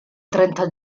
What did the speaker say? trenta